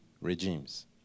regimes